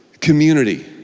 community